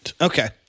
Okay